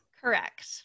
Correct